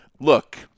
look